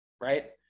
right